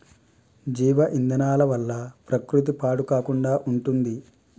జీవ ఇంధనాల వల్ల ప్రకృతి పాడు కాకుండా ఉంటుంది